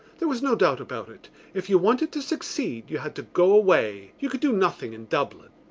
there was no doubt about it if you wanted to succeed you had to go away. you could do nothing in dublin.